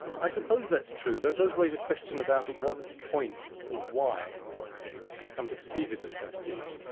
i suppose that's true, though it does raise a question about at what point and why you come to perceive it as pastiche,